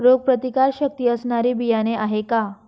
रोगप्रतिकारशक्ती असणारी बियाणे आहे का?